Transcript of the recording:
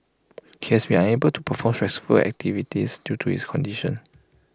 he has been unable to perform stressful activities due to his condition